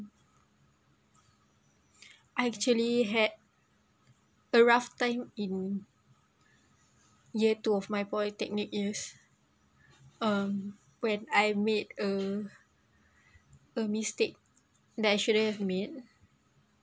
I actually had a rough time in year two of my polytechnic is um when I made a a mistake that I shouldn't have made